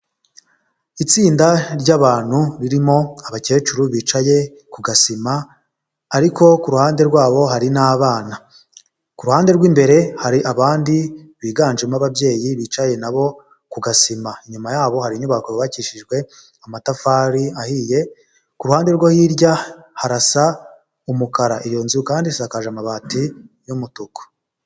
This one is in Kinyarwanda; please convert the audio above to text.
Itsinda ry'abantutu ririmo abakecuru bicaye ku gasima ariko ku ruhande rwabo hari n'abana, ku ruhande rw'imbere hari abandi biganjemo ababyeyi bicaye nabo ku gasima, inyuma yaho hari inyubako yubakishijwe amatafari ahiye, ku ruhande rwe hirya harasa umukara, iyo nzu kandi isakaje amabati y'umutuku.